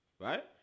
right